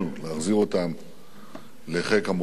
להחזיר אותם לחיק המולדת.